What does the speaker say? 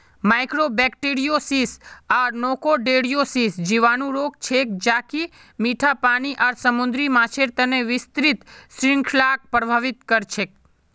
mycobacteriosis आर nocardiosis जीवाणु रोग छेक ज कि मीठा पानी आर समुद्री माछेर तना विस्तृत श्रृंखलाक प्रभावित कर छेक